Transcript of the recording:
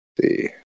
See